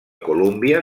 colúmbia